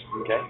Okay